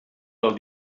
del